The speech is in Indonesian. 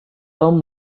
tom